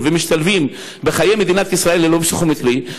ומשתלבים בחיי מדינת ישראל ללא פסיכומטרי,